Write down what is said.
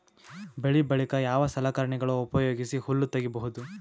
ಬೆಳಿ ಬಳಿಕ ಯಾವ ಸಲಕರಣೆಗಳ ಉಪಯೋಗಿಸಿ ಹುಲ್ಲ ತಗಿಬಹುದು?